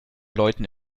läuten